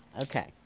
Okay